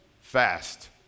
fast